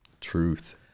truth